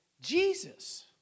Jesus